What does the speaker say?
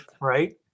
right